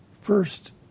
first